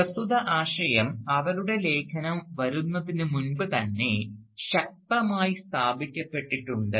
പ്രസ്തുത ആശയം അവരുടെ ലേഖനം വരുന്നതിനു മുമ്പ് തന്നെ ശക്തമായി സ്ഥാപിക്കപ്പെട്ടിട്ടുണ്ട്